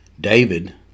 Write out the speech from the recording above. David